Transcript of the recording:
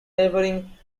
neighbouring